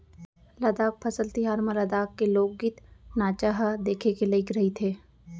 लद्दाख फसल तिहार म लद्दाख के लोकगीत, नाचा ह देखे के लइक रहिथे